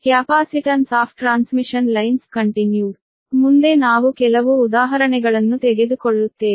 capacitance of transmission lines continued ಆದ್ದರಿಂದ ಮುಂದೆ ನಾವು ಕೆಲವು ಉದಾಹರಣೆಗಳನ್ನು ತೆಗೆದುಕೊಳ್ಳುತ್ತೇವೆ